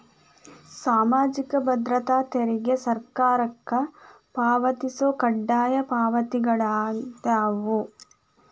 ಸಾಮಾಜಿಕ ಭದ್ರತಾ ತೆರಿಗೆ ಸರ್ಕಾರಕ್ಕ ಪಾವತಿಸೊ ಕಡ್ಡಾಯ ಪಾವತಿಗಳಾಗ್ಯಾವ